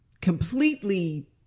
completely